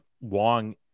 Wong